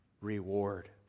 reward